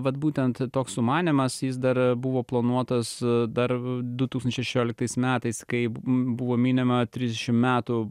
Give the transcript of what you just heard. vat būtent toks sumanymas jis dar buvo planuotas dar du tūkstančiai šešioliktais metais kai b buvo minima trisdešim metų